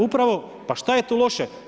Upravo, pa šta je tu loše.